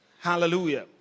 Hallelujah